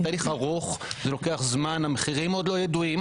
זהו תהליך ארוך; זה לוקח זמן; המחירים עוד לא ידועים